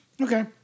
Okay